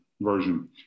version